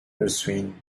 pursuing